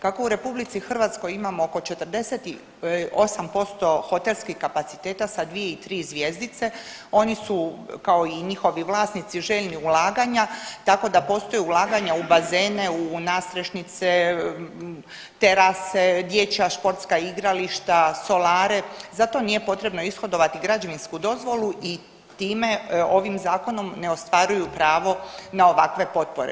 Kako u RH imamo oko 48% hotelskih kapaciteta sa dvije i tri zvjezdice oni su kao i njihovi vlasnici željni ulaganja, tako da postoji ulaganja u bazene, u nadstrešnice, terase, dječja sportska igrališta, solare zato nije potrebno ishodovati građevinsku dozvolu i time ovim zakonom ne ostvaruju pravo na ovakve potpore.